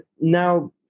now